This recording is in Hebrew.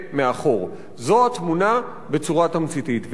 זו התמונה בצורה תמציתית, ואת זה צריך לשנות.